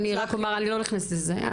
אני לא נכנסת לזה.